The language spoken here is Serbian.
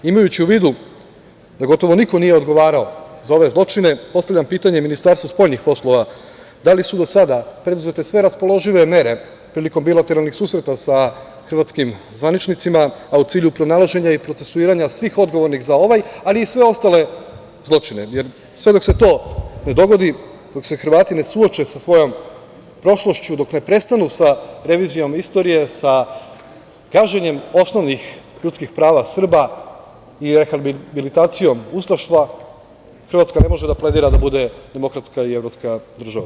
Imajući u vidu da gotovo niko nije odgovarao za ove zločine, postavljam pitanje Ministarstvu spoljnih poslova - da li su do sada preduzete sve raspoložive mere prilikom bilateralnih susreta sa hrvatskim zvaničnicima, a u cilju pronalaženja i procesuiranja svih odgovornih za ovaj, ali i sve ostale zločine, jer sve dok se to ne dogodi, dok se Hrvati ne suoče sa svojom prošlošću, dok ne prestanu sa revizijom istorije, sa gaženjem osnovnih ljudskih prava Srba i rehabilitacijom ustaštva, Hrvatska ne može da pledira da bude demokratska i evropska država.